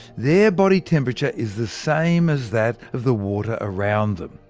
their body temperature is the same as that of the water around them.